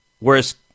Whereas